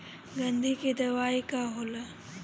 गंधी के दवाई का होला?